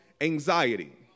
anxiety